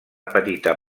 petita